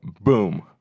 boom